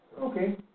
Okay